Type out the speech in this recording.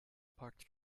parked